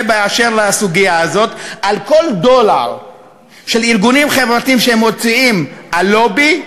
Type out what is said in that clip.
בסוגיה הזאת: על כל דולר שארגונים חברתיים מוציאים על לובי,